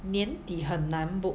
年底很难 book